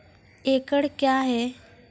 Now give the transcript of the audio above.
एकड कया हैं?